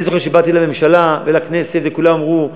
אני זוכר שבאתי לממשלה ולכנסת וכולם אמרו,